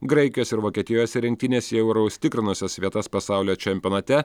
graikijos ir vokietijos rinktinės jau yra užsitikrinusios vietas pasaulio čempionate